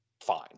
fine